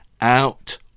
Out